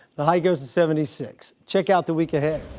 the high goes to seventy six. check out the week ahead.